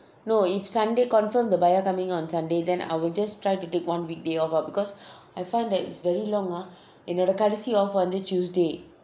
no if sunday confirmed the buyer coming on sunday then I will just try to take one weekday off ah because I find that it's very long ah என்னோட கடைசி:ennoda kadaisi off வந்து:vanthu tuesday